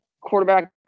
quarterback